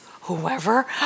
whoever